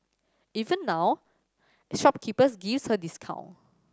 even now shopkeepers give her discount